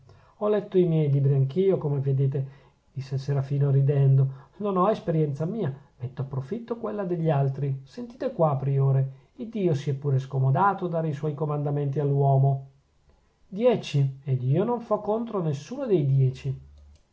ho letto i miei libri anch'io come vedete disse il serafino ridendo non ho esperienza mia metto a profitto quella degli altri sentite qua priore iddio si è pure scomodato a dare i suoi comandamenti all'uomo dieci ed io non fo contro a nessuno dei dieci